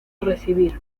recibir